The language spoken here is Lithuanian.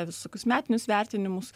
visokius metinius vertinimus